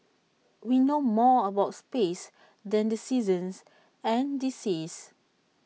we know more about space than the seasons and the seas